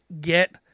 get